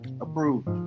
Approved